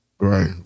Right